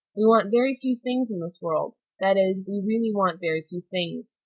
we want very few things in this world that is, we really want very few things,